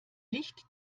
licht